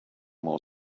more